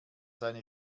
seine